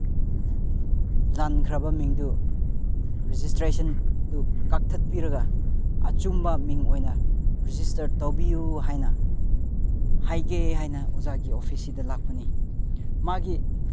ꯂꯥꯟꯈ꯭ꯔꯕ ꯃꯤꯡꯗꯨ ꯔꯦꯖꯤꯁꯇ꯭ꯔꯦꯁꯟꯗꯨ ꯀꯛꯊꯠꯄꯤꯔꯒ ꯑꯆꯨꯝꯕ ꯃꯤꯡ ꯑꯣꯏꯅ ꯔꯦꯖꯤꯁꯇꯔ ꯇꯧꯕꯤꯌꯨ ꯍꯥꯏꯅ ꯍꯥꯏꯒꯦ ꯍꯥꯏꯅ ꯑꯣꯖꯥꯒꯤ ꯑꯣꯐꯤꯁꯁꯤꯗ ꯂꯥꯛꯄꯅꯤ ꯃꯥꯒꯤ